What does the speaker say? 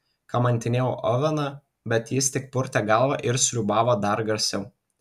kamantinėjau oveną bet jis tik purtė galvą ir sriūbavo dar garsiau